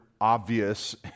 obvious